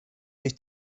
wyt